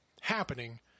happening